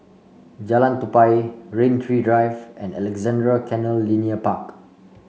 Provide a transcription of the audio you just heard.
Jalan Tupai Rain Tree Drive and Alexandra Canal Linear Park